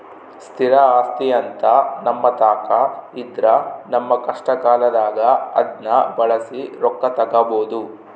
ಸ್ಥಿರ ಆಸ್ತಿಅಂತ ನಮ್ಮತಾಕ ಇದ್ರ ನಮ್ಮ ಕಷ್ಟಕಾಲದಾಗ ಅದ್ನ ಬಳಸಿ ರೊಕ್ಕ ತಗಬೋದು